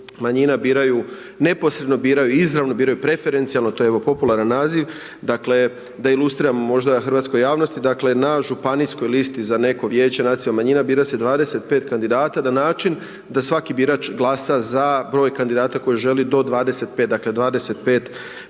manjina biraju, neposredno biraju, biraju izravno, biraju preferencijalno, to je evo popularan naziv. Dakle da ilustriram možda hrvatskoj javnosti, dakle na županijskoj listi za neko vijeće nacionalnih manjina bira se 25 kandidata na način da svaki birač glasa za broj kandidata koji želi do 25, dakle 25